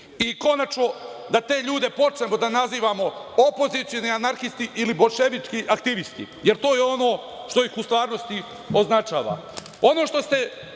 Konačno da te ljude počnemo da nazivamo opozicioni anarhisti ili boljševički aktivisti jer to je ono što ih u stvarnosti označava. Ono što ste